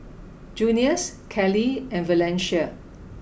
Junius Kelly and Valencia